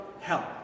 help